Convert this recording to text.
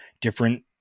different